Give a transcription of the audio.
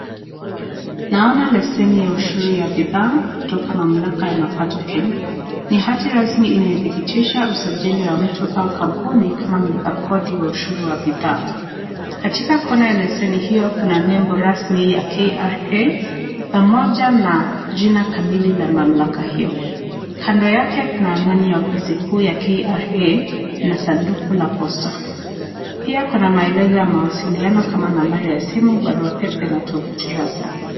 Naona leseni ya ushuru ya bidhaa kutoka mamlaka ya mapato Kenya. Ni hati rasmi inayodhibitisha usajili wa mtu au kampuni kama mlipa kodi wa ushuru wa bidhaa. Katika kona ya leseni hiyo kuna nembo rasmi ya KRA pamoja na jina kamili la mamlaka hiyo. Kando yake kuna anwani ya ofisi kuu ya KRA na sanduku la posta. Pia kuna maelezo ya mawasiliano kama nambari ya simu, barua pepe na tovuti rasmi.